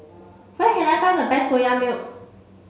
where can I find the best soya milk